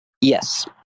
Yes